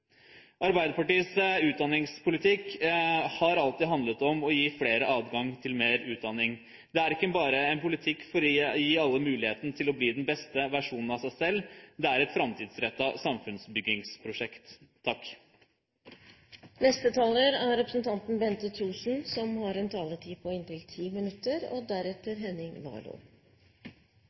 Arbeiderpartiets utdanningspolitikk har alltid handlet om å gi flere adgang til mer utdanning. Det er ikke bare en politikk for å gi alle muligheten til å bli den beste versjonen av seg selv. Det er et framtidsrettet samfunnsbyggingsprosjekt. Utdanning og skole er et satsingsområde for Fremskrittspartiet. I forhold til regjeringens forslag har vi plusset på